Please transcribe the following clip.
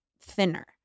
thinner